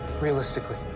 realistically